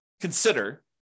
consider